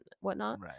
whatnot